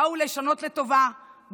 באו לשנות לטובה,